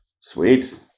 Sweet